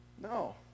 No